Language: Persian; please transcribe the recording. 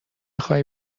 خوای